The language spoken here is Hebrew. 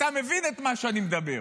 אתה מבין את מה שאני מדבר,